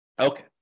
Okay